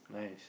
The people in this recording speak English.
nice